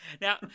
Now